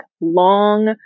long